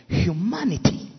humanity